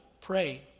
pray